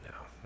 now